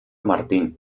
martín